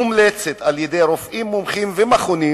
המומלצת היום על-ידי רופאים מומחים ומכונים,